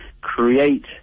create